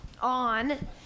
on